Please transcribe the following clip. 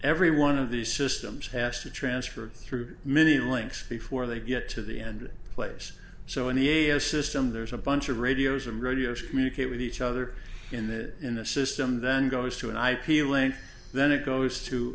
every one of these systems has to transfer through many links before they get to the end place so in the a f system there's a bunch of radios and radios communicate with each other in the in the system then goes to an ip link then it goes to